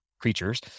creatures